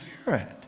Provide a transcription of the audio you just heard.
Spirit